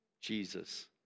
Jesus